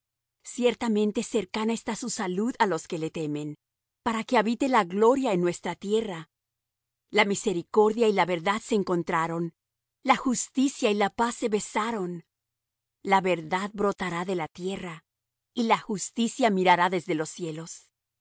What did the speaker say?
ciertamente cercana está su salud á los que le temen para que habite la gloria en nuestra tierra la misericordia y la verdad se encontraron la justicia y la paz se besaron la verdad brotará de la tierra y la justicia mirará desde los cielos